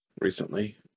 Recently